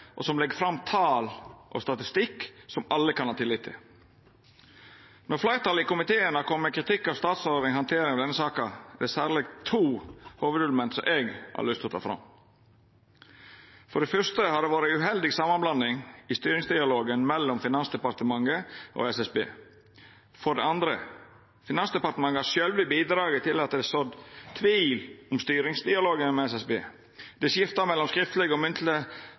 og som legg fram tal og statistikk som alle kan ha tillit til. Når fleirtalet i komiteen har kome med kritikk av statsrådens handtering av denne saka, er det særleg to hovudelement eg har lyst til å ta fram. For det fyrste har det vore uheldig samanblanding i styringsdialogen mellom Finansdepartementet og SSB. For det andre har Finansdepartementet sjølve bidrege til at det er sådd tvil om styringsdialogen med SSB. Det skifta mellom skriftlege og